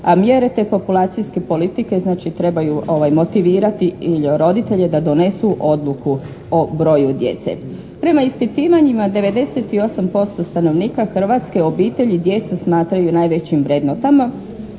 A mjere te populacijske politike znači, trebaju motivirati i roditelje da donesu odluku o broju djece. Prema ispitivanjima 98% stanovnika Hrvatske, obitelj i djecu smatraju najvećim vrednotama